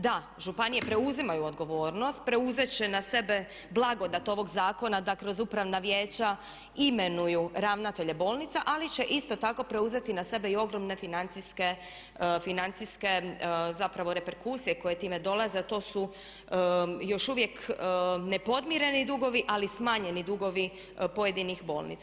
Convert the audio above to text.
Da, županije preuzimaju odgovornost, preuzet će na sebe blagodat ovog zakona da kroz upravna vijeća imenuju ravnatelje bolnica, ali će isto tako preuzeti na sebe i ogromne financijske zapravo reperkusije koje time dolaze, a to su još uvijek nepodmireni dugovi, ali smanjeni dugovi pojedinih bolnica.